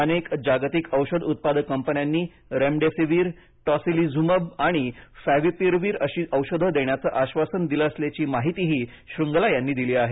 अनेक जागतिक औषध उत्पादक कंपन्यांनी रेमडेसिव्हिर टॉसिलिझुमब आणि फॅव्हिपीरवीर अशी औषधे देण्याचे आश्वासन दिलं असल्याची माहितीही श्रींगला यांनी दिली आहे